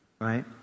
right